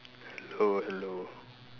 hello hello